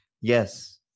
yes